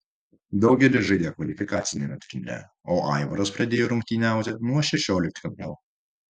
daugelis žaidė kvalifikaciniame turnyre o aivaras pradėjo rungtyniauti nuo šešioliktfinalio